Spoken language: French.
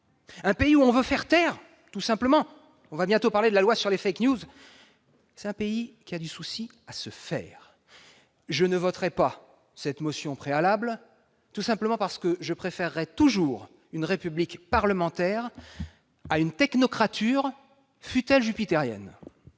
un pays où l'on veut faire taire tout court- on va bientôt examiner la loi sur les -est un pays qui a du souci à se faire. Je ne voterai pas cette motion, tout simplement parce que je préférerai toujours une république parlementaire à une « technocrature », fût-elle jupitérienne.